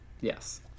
Yes